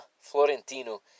Florentino